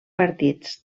partits